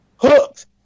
hooked